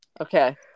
Okay